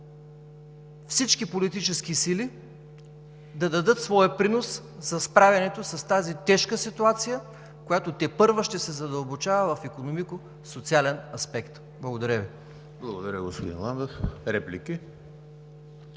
всички политически сили да дадат своя принос за справянето с тази тежка ситуация, която тепърва ще се задълбочава в икономико-социален аспект. Благодаря Ви. ПРЕДСЕДАТЕЛ ЕМИЛ ХРИСТОВ: Благодаря, господин Ламбев. Реплики?